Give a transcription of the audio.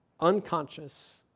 unconscious